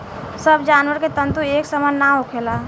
सब जानवर के तंतु एक सामान ना होखेला